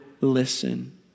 listen